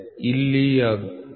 ಇಲ್ಲಿ ಅದು 39